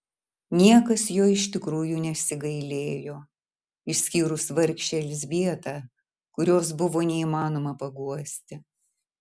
niekas jo iš tikrųjų nesigailėjo išskyrus vargšę elzbietą kurios buvo neįmanoma paguosti